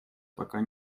пока